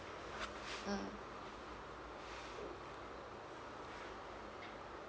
mm